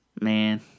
Man